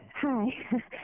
hi